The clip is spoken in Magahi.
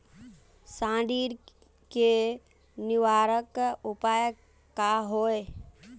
सुंडी के निवारक उपाय का होए?